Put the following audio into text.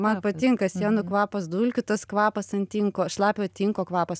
man patinka sienų kvapas dulkių tas kvapas ant tinko šlapio tinko kvapas